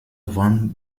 van